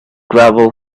gravel